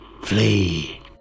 Flee